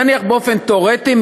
נניח באופן תיאורטי,